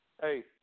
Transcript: Hey